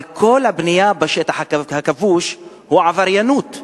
אבל כל הבנייה בשטח הכבוש היא עבריינות.